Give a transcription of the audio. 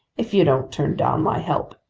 if you don't turn down my help.